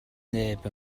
neb